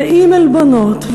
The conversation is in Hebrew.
ועם עלבונות,